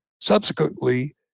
subsequently